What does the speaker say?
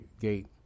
gate